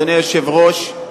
אדוני היושב-ראש,